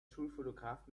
schulfotograf